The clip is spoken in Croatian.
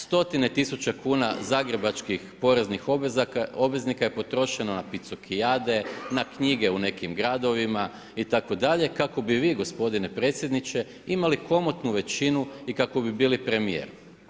Stotine tisuće kuna zagrebačkih poreznih obveznika je potrošeno na picokijade, na knjige u nekim gradovima itd. kako bi vi g. predsjedniče imali komotnu većinu i kako bi bili premjer.